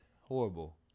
horrible